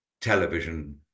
television